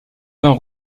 vins